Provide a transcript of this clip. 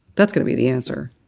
that's going to be the answer.